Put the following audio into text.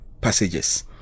passages